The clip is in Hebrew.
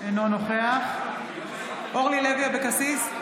אינו נוכח אורלי לוי אבקסיס,